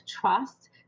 trust